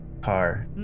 car